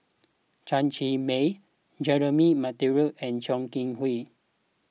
Chen Cheng Mei Jeremy Monteiro and Chong Kee Hiong